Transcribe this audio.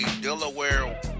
Delaware